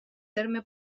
terme